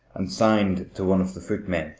and signed to one of the footmen,